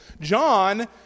John